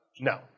No